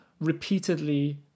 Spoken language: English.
repeatedly